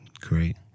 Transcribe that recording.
great